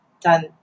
done